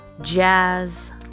jazz